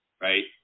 right